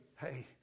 hey